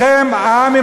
של עולם.